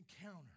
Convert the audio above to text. encounter